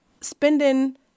spending